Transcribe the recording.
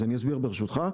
אז אני אסביר ברשותך,